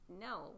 no